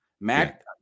Mac